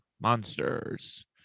monsters